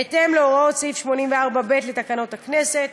בהתאם להוראות סעיף 84(ב) לתקנון הכנסת,